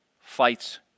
fights